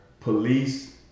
police